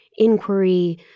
inquiry